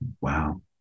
Wow